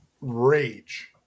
rage